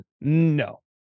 No